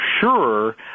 sure